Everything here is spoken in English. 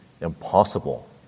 impossible